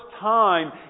time